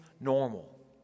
normal